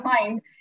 mind